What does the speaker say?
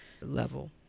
level